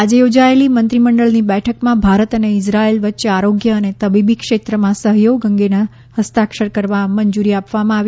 આજે યોજાયેલી મંત્રીમંડળની બેઠકમાં ભારત અને ઇઝરાયલ વચ્ચે આરોગ્ય તથા તબીબી ક્ષેત્રમાં સહયોગ અંગેના હસ્તાક્ષર કરવા મંજૂરી આપવામાં આવી